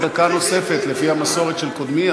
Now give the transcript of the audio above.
דקה נוספת לפי המסורת של קודמי,